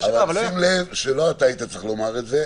--- שים לב שלא אתה היית צריך לומר את זה.